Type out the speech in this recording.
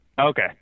Okay